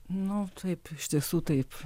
nu taip iš tiesų taip